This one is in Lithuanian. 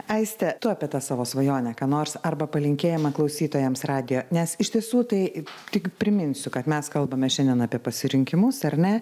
aiste tu apie tą savo svajonę ką nors arba palinkėjimą klausytojams radijo nes iš tiesų tai tik priminsiu kad mes kalbame šiandien apie pasirinkimus ar ne